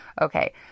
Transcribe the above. Okay